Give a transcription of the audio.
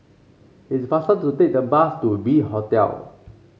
it's faster to take the bus to V Hotel